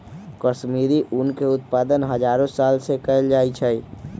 कश्मीरी ऊन के उत्पादन हजारो साल से कएल जाइ छइ